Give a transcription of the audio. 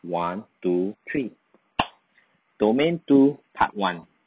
one two three domain two part one